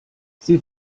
sie